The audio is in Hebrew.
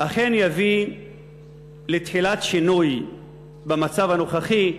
אכן יביא לתחילת שינוי במצב הנוכחי,